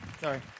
Sorry